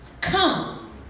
come